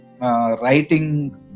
writing